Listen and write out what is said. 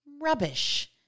rubbish